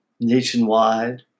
nationwide